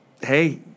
hey